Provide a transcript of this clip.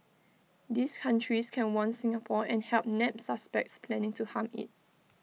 these countries can warn Singapore and help nab suspects planning to harm IT